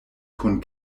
kun